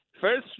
First